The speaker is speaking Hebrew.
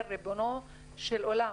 אומר ריבונו של עולם,